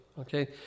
okay